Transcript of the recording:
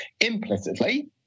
implicitly